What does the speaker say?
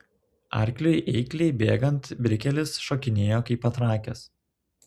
arkliui eikliai bėgant brikelis šokinėjo kaip patrakęs